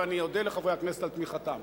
ואני אודה לחברי הכנסת על תמיכתם.